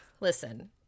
listen